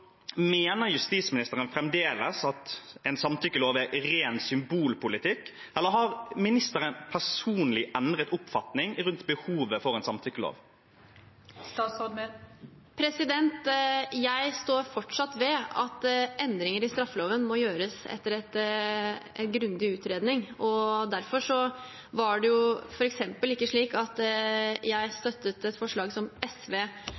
Mener justisministeren fremdeles at en samtykkelov er ren symbolpolitikk, eller har ministeren personlig endret oppfatning rundt behovet for en samtykkelov? Jeg står fortsatt ved at endringer i straffeloven må gjøres etter en grundig utredning. Derfor var det jo f.eks. ikke slik at jeg støttet et forslag som SV